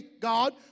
God